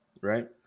right